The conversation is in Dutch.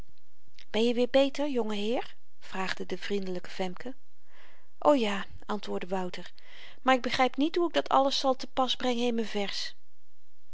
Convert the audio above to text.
ben je weêr beter jonge heer vraagde de vriendelyke femke o ja antwoordde wouter maar ik begryp niet hoe ik dat alles zal te pas brengen in m'n vers